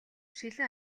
шилэн